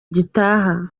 gitaha